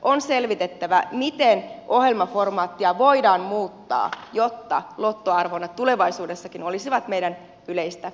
on selvitettävä miten ohjelmaformaattia voidaan muuttaa jotta lottoarvonnat tulevaisuudessakin olisivat meidän yleistä julkista toimintaa